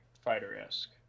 Fighter-esque